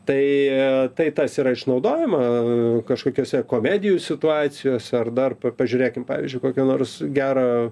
tai tai tas yra išnaudojama kažkokiose komedijų situacijose ar dar pa pažiūrėkim pavyžiui kokio nors gerą